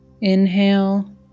Inhale